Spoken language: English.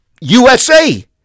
USA